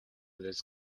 this